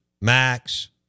Max